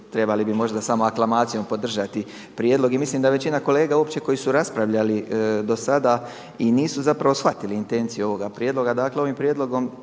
trebali bi možda samo aklamacijom podržati prijedlog. I mislim da većina kolega uopće koji su raspravljali do sada i nisu zapravo shvatili intenciju ovoga prijedloga. Dakle ovim prijedlogom